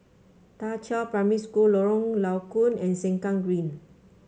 Da Qiao Primary School Lorong Low Koon and Sengkang Green